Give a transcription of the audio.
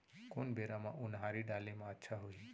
कोन बेरा म उनहारी डाले म अच्छा होही?